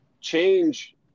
change